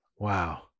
wow